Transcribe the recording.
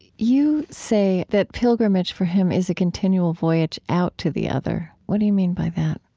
you say that pilgrimage for him is a continual voyage out to the other. what do you mean by that?